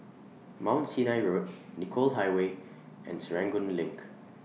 Mount Sinai Road Nicoll Highway and Serangoon LINK